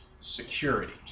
security